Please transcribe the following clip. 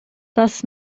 das